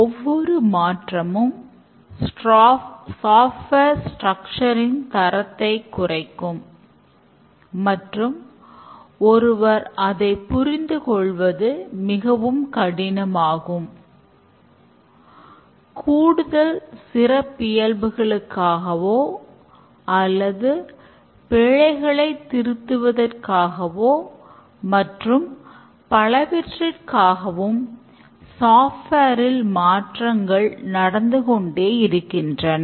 ஒவ்வொரு மாற்றமும் software structure ல் மாற்றங்கள் நடந்துகொண்டே இருக்கின்றன